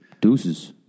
deuces